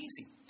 easy